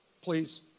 please